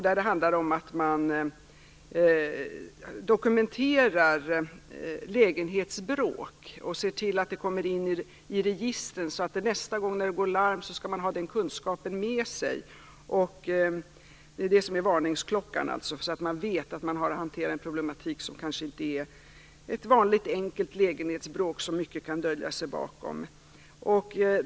Där handlar det om att man dokumenterar lägenhetsbråk och ser till att de kommer in i registren så att nästa gång det går larm har man den kunskapen med sig. Det är det som är varningsklockan. Man vet att man har att hantera en problematik som kanske inte är ett vanligt enkelt lägenhetsbråk utan som det kan dölja sig mycket bakom.